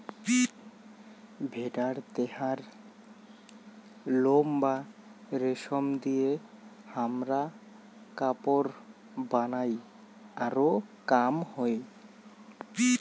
ভেড়ার দেহার লোম বা রেশম দিয়ে হামরা কাপড় বানাই আরো কাম হই